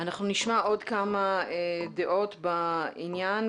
אנחנו נשמע עוד כמה דעות בעניין,